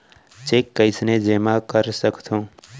Cheque कईसने जेमा कर सकथो?